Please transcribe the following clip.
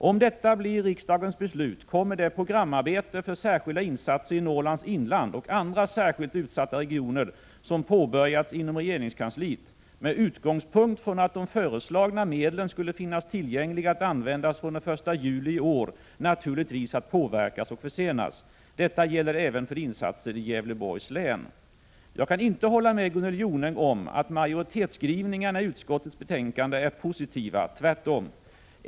Om det blir riksdagens beslut kommer det programarbete för särskilda insatser i Norrlands inland och andra särskilt utsatta regioner som påbörjats inom regeringskansliet — med utgångspunkt från att de föreslagna medlen skulle finnas tillgängliga att användas från den 1 juli i år — naturligtvis att påverkas och försenas. Detta gäller även för insatser i Gävleborgs län. Jag kan inte hålla med Gunnel Jonäng om att majoritetsskrivningarna i utskottets betänkande är positiva — tvärtom.